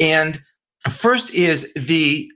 and first is the